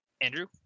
Andrew